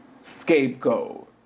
scapegoat